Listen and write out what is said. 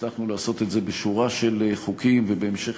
והצלחנו לעשות את זה בשורה של חוקים ובהמשך